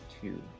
Two